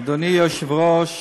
אדוני היושב-ראש,